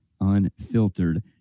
Unfiltered